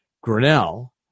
Grinnell